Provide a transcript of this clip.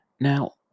Now